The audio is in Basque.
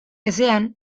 ezean